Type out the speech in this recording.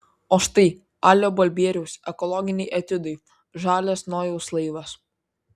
o štai alio balbieriaus ekologiniai etiudai žalias nojaus laivas